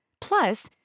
Plus